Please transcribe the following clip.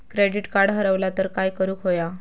Credit card हरवला तर काय करुक होया?